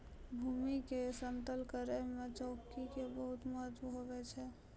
भूमी के समतल करै मे चौकी के बड्डी महत्व हुवै छै